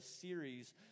series